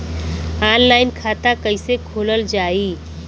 Online खाता कईसे खोलल जाई?